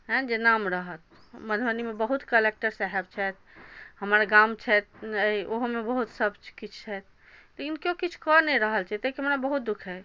हँ जे नाम रहत मधुबनीमे बहुत कलक्टर साहब छथि हमर गाम छथि ओहोमे बहुत सब किछु छथि लेकिन किओ किछु कऽ नहि रहल छथि ताहिके हमरा बहुत दुःख अइ